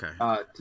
Okay